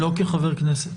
לא כחבר כנסת.